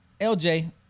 LJ